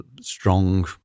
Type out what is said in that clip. strong